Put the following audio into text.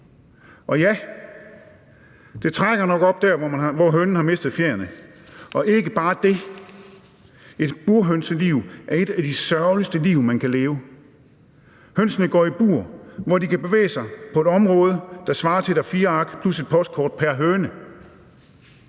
Og ja, det trækker nok op der, hvor hønen har mistet fjerene, og ikke bare det: Et burhønseliv er et af de sørgeligeste liv, man kan leve. Hønsene går i bur, hvor de kan bevæge sig på et område, der svarer til et A4-ark plus et postkort pr. høne.